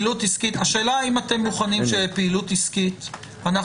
--- השאלה אם אתם מוכנים שבפעילות עסקית אנחנו